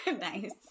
Nice